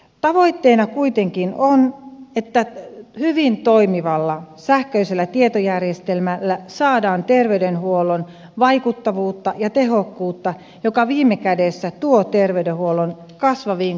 tavoitteena kuitenkin on että hyvin toimivalla sähköisellä tietojärjestelmällä saadaan terveydenhuollon vaikuttavuutta ja tehokkuutta joka viime kädessä tuo terveydenhuollon kasvaviin kustannuksiin säästöä